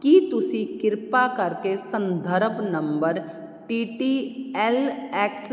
ਕੀ ਤੁਸੀਂ ਕਿਰਪਾ ਕਰਕੇ ਸੰਦਰਭ ਨੰਬਰ ਪੀ ਟੀ ਐੱਲ ਐਕਸ